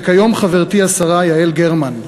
וכיום חברתי השרה יעל גרמן.